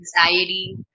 anxiety